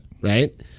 Right